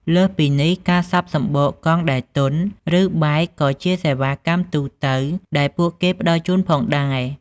លើសពីនេះ ការសប់សំបកកង់ដែលទន់ ឬបែកក៏ជាសេវាកម្មទូទៅដែលពួកគេផ្តល់ជូនផងដែរ។